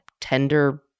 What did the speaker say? tender